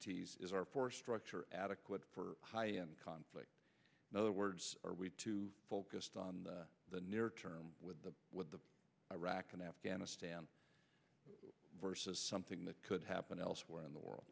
heavy is our force structure adequate for high end conflict in other words are we too focused on the near term with the with the iraq and afghanistan versus something that could happen elsewhere in the world